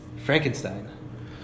Frankenstein